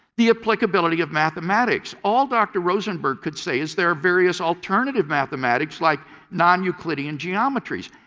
the applicability of mathematics all dr. rosenberg could say is there are various alternative mathematics like non-euclidean geometries.